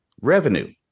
Revenue